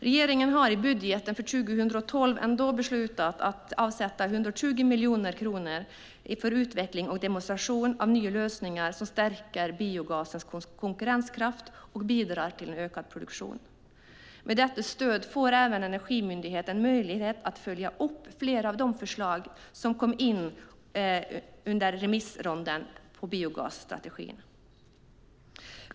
Regeringen har i budgeten för 2012 beslutat att avsätta 120 miljoner kronor för utveckling och demonstration av nya lösningar som stärker biogasens konkurrenskraft och bidrar till ökad produktion. Med detta stöd får även Energimyndigheten möjlighet att följa upp flera av de förslag som kom in under remissrundan på biogasstrategin.